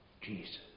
Jesus